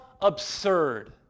absurd